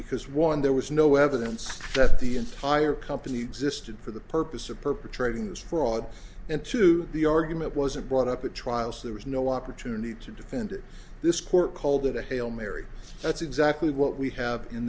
because one there was no evidence that the entire company existed for the purpose of perpetrating this fraud and to the argument wasn't brought up at trial so there was no opportunity to defend this court called it a hail mary that's exactly what we have in